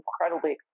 incredibly